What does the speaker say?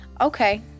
Okay